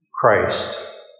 Christ